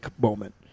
moment